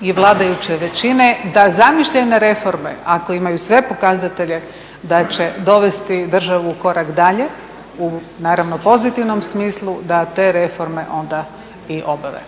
i vladajuće većine da zamišljene reforme ako imaju sve pokazatelje da će dovesti državu korak dalje u naravno pozitivnom smislu, da te reforme onda i obave.